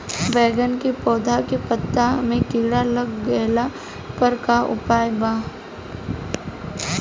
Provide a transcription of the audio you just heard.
बैगन के पौधा के पत्ता मे कीड़ा लाग गैला पर का उपाय बा?